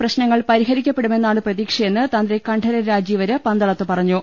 പ്രശ്നങ്ങൾ പരിഹരിക്കപ്പെടുമെന്നാണ് പ്രതീക്ഷയെന്ന് തന്ത്രി കണ്ഠരര് രാജീവരര് പന്തളത്ത് ് പറഞ്ഞു